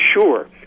sure